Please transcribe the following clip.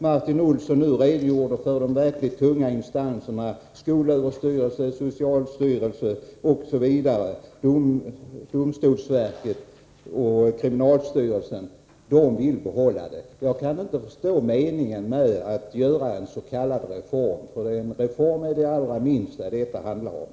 Martin Olsson påpekade att de verkligt tunga instanserna, skolöverstyrelsen, socialstyrelsen, domstolsverket och kriminalvårdsstyrelsen, vill behålla lagen. Jag kan inte förstå meningen med denna s.k. reform. Det handlar allra minst om en reform.